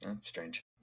Strange